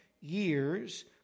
years